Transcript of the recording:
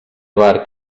avar